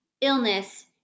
illness